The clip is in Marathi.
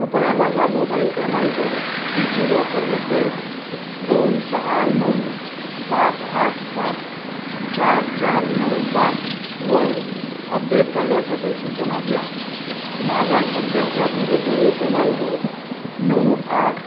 कृपया माझा मोबाईल क्रमांक डिजिलॉकरमध्ये दोन सहा नऊ पाच आठ सात चार चार नऊ पाच वर अपडेट करण्यासाठी सूचना द्या माझा सध्याचा दूरध्वनी क्रमांक नऊ आठ